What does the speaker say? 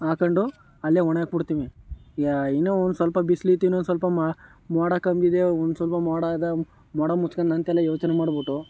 ಹಾಕೊಂಡು ಅಲ್ಲೇ ಒಣ ಹಾಕ್ಬಿಡ್ತಿನಿ ಈಗ ಇನ್ನೂ ಒಂದು ಸ್ವಲ್ಪ ಬಿಸಿಲಿತ್ತು ಇನ್ನೊಂದು ಸ್ವಲ್ಪ ಮ ಮೋಡ ಕಮ್ಮಿದೆಯೋ ಒಂದು ಸ್ವಲ್ಪ ಮೋಡ ಅದು ಮೋಡ ಮುಚ್ಕೊಂಡು ಅಂತೆಲ್ಲ ಯೋಚನೆ ಮಾಡಿಬಿಟ್ಟು